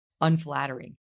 unflattering